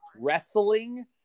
wrestling